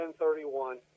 1031